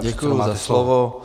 Děkuji za slovo.